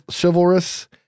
chivalrous